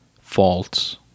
faults